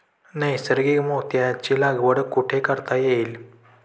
नैसर्गिक मोत्यांची लागवड कुठे करता येईल?